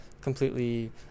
completely